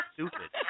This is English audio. Stupid